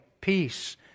peace